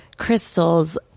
crystals